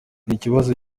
ikibazo